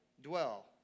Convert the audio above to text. dwell